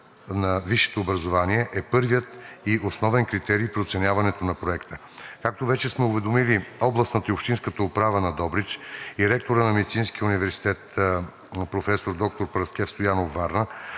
на висшето образование е първият и основен критерий при оценяването на проекта. Както вече сме уведомили областната и общинската управа на Добрич и ректора на Медицинския университет „Проф. д-р Параскев Стоянов“ – Варна,